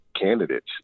candidates